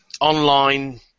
online